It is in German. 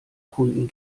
kunden